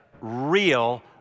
real